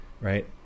right